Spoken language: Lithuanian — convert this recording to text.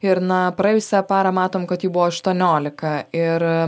ir na praėjusią parą matom kad jų buvo aštuoniolika ir